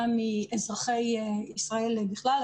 גם מאזרחי ישראל בכלל,